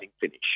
finish